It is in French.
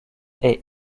est